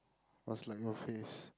was like your face